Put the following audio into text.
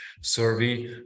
survey